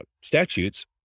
statutes